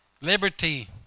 Liberty